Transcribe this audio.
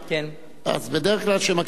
בדרך כלל כשמקריאים,